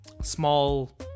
small